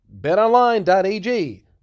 BetOnline.ag